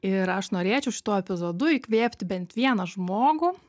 ir aš norėčiau šitu epizodu įkvėpti bent vieną žmogų